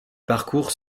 parcours